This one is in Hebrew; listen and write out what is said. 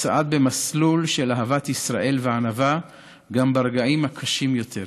שצעד במסלול של אהבת ישראל וענווה גם ברגעים הקשים יותר.